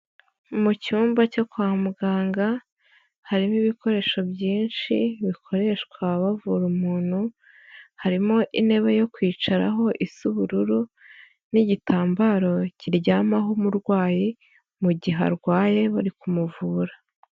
Mu cyumba cyo kwa muganga harimo ibikoresho byinshi bikoreshwa bavura umuntu harimo intebe yo kwicaraho isa ubururu n'igitambaro kiryamaho umurwayi mu gihe arwaye bari kumuvura.